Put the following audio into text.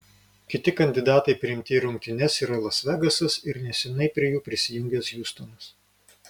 kiti kandidatai priimti į rungtynes yra las vegasas ir neseniai prie jų prisijungęs hjustonas